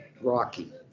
Rocky